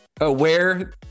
Aware